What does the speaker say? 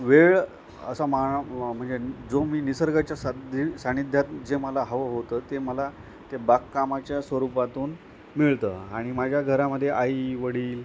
वेळ असा मा म म्हणजे जो मी निसर्गाच्या साधि सान्निध्यात जे मला हवं होतं ते मला ते बागकामाच्या स्वरूपातून मिळतं आणि माझ्या घरामध्ये आई वडील